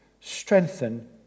Strengthen